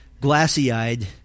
glassy-eyed